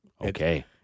Okay